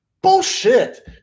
Bullshit